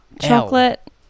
Chocolate